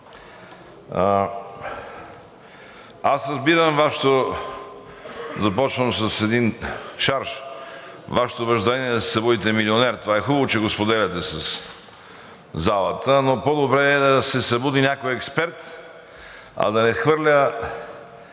аз разбирам Вашето – започнало с един шарж, Вашето убеждение да се събудите милионер. Това е хубаво, че го споделяте със залата, но по-добре е да се събуди някой експерт, а да не хвърля